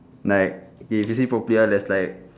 like if you see properly ah there's like